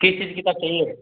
किस चीज़ की किताब चाहिए